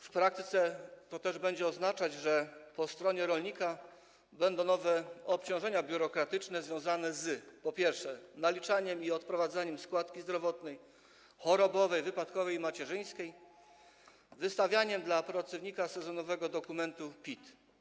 W praktyce będzie to też oznaczać, że po stronie rolnika będą nowe obciążenia biurokratyczne związane z, po pierwsze, naliczaniem i odprowadzaniem składek: zdrowotnej, chorobowej, wypadkowej i macierzyńskiej, a po drugie, wystawianiem dla pracownika sezonowego dokumentu PIT.